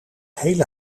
hele